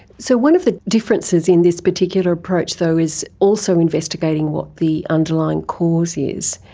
so one of the differences in this particular approach though is also investigating what the underlying cause is.